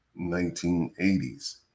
1980s